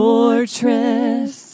Fortress